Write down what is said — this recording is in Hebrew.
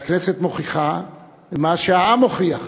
והכנסת מוכיחה מה שהעם מוכיח,